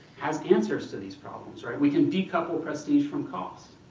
has the answers to these problems. we can decouple prestige from costs.